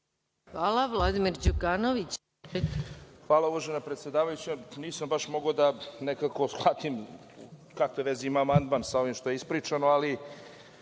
**Vladimir Đukanović** Hvala, uvažena predsedavajuća. Nisam baš mogao da nekako shvatim kakve veze ima amandman sa ovim šta je ispričano, ali,